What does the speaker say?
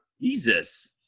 Jesus